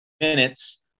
minutes